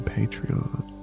Patreon